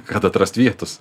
kad atrast vietos